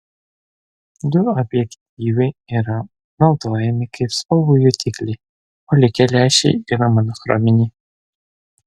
du objektyvai yra naudojami kaip spalvų jutikliai o likę lęšiai yra monochrominiai